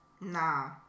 nah